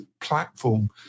platform